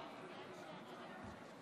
ראש הממשלה הזכיר את שמי,